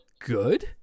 good